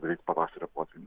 greit pavasario potvynis